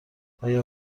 آیا